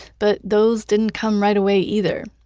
but those didn't come right away either.